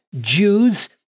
Jews